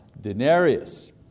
denarius